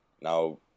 Now